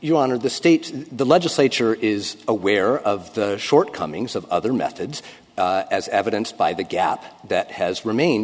you wanted the state the legislature is aware of the shortcomings of other methods as evidenced by the gap that has remained